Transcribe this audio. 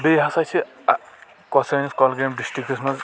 بیٚیہِ ہسا چھ کۄ سأنِس کۄلگأمۍ ڈِسٹِکس منٛز